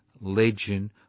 legend